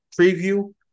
preview